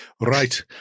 Right